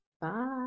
Bye